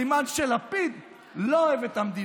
סימן שלפיד לא אוהב את המדינה.